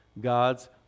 God's